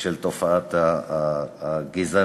של תופעת הגזענות.